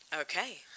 Okay